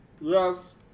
Yes